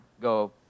go